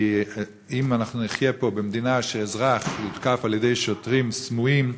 כי אם אנחנו נחיה פה במדינה שאזרח יותקף על-ידי שוטרים סמויים,